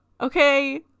Okay